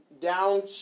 down